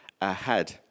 ahead